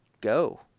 go